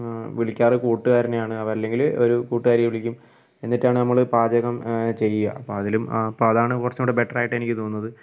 വിളിക്കാറ് കൂട്ടുകാരനെ ആണ് അല്ലെങ്കിൽ ഒരു കൂട്ടുകാരിയെ വിളിക്കും എന്നിട്ടാണ് നമ്മൾ പാചകം ചെയ്യുക അപ്പോൾ അതിലും അപ്പോൾ അതാണ് കുറച്ചും കൂടെ ബെറ്ററായിട്ട് എനിക്ക് തോന്നുന്നത്